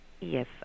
Yes